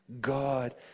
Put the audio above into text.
God